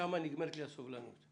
שם נגמרת לי הסובלנות.